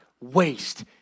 waste